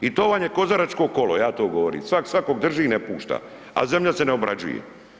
I to vam je kozaračko kolo, ja to govorim svak svakog drži i ne pušta, a zemlja se ne obrađuje.